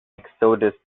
exodus